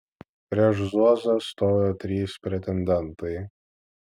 prieš zuozą stojo trys pretendentai